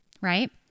right